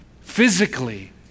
physically